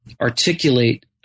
articulate